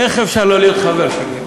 איך אפשר לא להיות חבר שלך?